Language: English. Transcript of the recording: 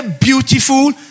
beautiful